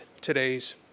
today's